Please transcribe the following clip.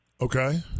Okay